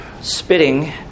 spitting